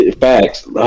Facts